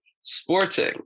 Sporting